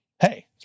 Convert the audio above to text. hey